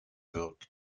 wirkt